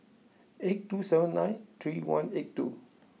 eight two seven nine three one eight two